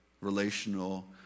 relational